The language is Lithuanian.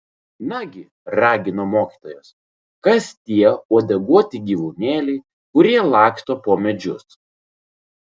nagi ragino mokytojas kas tie uodeguoti gyvūnėliai kurie laksto po medžius